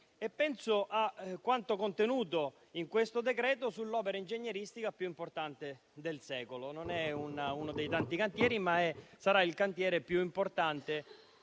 Penso a quanto contenuto in questo decreto-legge sull'opera ingegneristica più importante del secolo: non è uno dei tanti cantieri, ma sarà il più importante